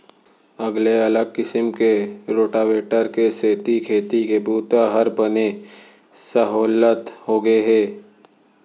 अगले अलग किसम के रोटावेटर के सेती खेती के बूता हर बने सहोल्लत होगे हे